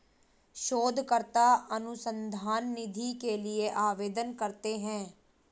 शोधकर्ता अनुसंधान निधि के लिए आवेदन करते हैं